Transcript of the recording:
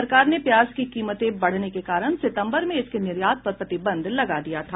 सरकार ने प्याज की कीमतें बढ़ने के कारण सितम्बर में इसके निर्यात पर प्रतिबंध लगा दिया था